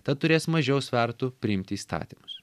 tad turės mažiau svertų priimti įstatymus